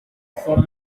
for